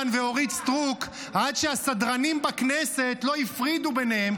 ואורית סטרוק עד שהסדרנים בכנסת הפרידו ביניהם,